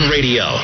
Radio